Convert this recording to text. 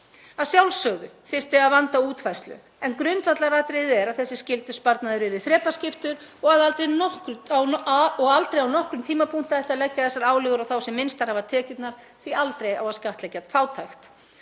Að sjálfsögðu þyrfti að vanda útfærslu en grundvallaratriðið er að þessi skyldusparnaður yrði þrepaskiptur og aldrei á nokkrum tímapunkti ætti að leggja þessar álögur á þá sem minnstar hafa tekjurnar því að aldrei á að skattleggja fátækt.